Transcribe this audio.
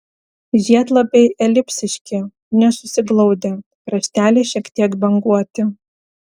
žiedlapiai elipsiški nesusiglaudę krašteliai šiek tiek banguoti